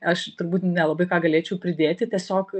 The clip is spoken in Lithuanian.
aš turbūt nelabai ką galėčiau pridėti tiesiog